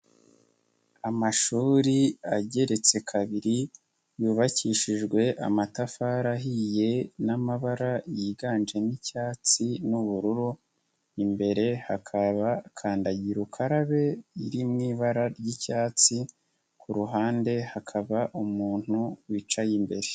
Amashuri ageretse kabiri yubakishijwe amatafari ahiye n'amabara yiganjemo icyatsi n'ubururu, imbere hakaba kandagirukarabe iri mu ibara ry'icyatsi, ku ruhande hakaba umuntu wicaye imbere.